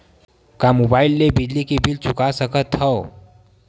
का मुबाइल ले बिजली के बिल चुका सकथव?